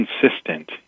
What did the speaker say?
consistent